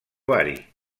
bari